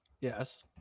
yes